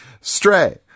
Stray